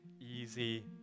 easy